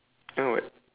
then what